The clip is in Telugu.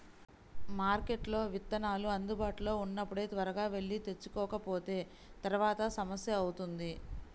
మార్కెట్లో విత్తనాలు అందుబాటులో ఉన్నప్పుడే త్వరగా వెళ్లి తెచ్చుకోకపోతే తర్వాత సమస్య అవుతుంది